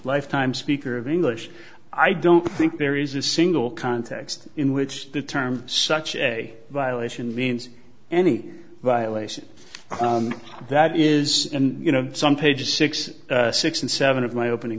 lifetime speaker of english i don't think there is a single context in which the term such as a violation means any violation that is you know some pages six six and seven of my opening